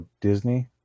Disney